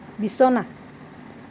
বিছনা